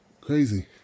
crazy